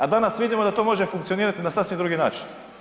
A danas vidimo da to može funkcionirati na sasvim drugi način.